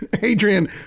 Adrian